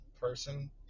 person